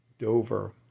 Dover